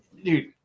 Dude